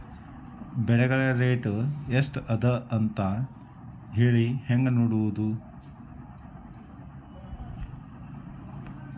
ಬೆಳೆಗಳ ರೇಟ್ ಎಷ್ಟ ಅದ ಅಂತ ಹೇಳಿ ಹೆಂಗ್ ನೋಡುವುದು?